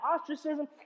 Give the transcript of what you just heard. ostracism